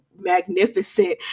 magnificent